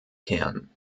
kehren